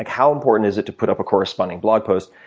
like how important is it to put up a corresponding blog post?